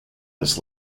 this